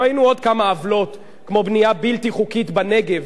ראינו עוד כמה עוולות כמו בנייה בלתי חוקית בנגב,